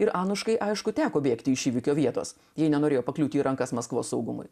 ir angliškai aišku teko bėgti iš įvykio vietos ji nenorėjo pakliūti į rankas maskvos saugumui